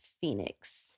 Phoenix